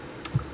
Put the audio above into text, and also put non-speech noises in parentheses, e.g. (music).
(noise)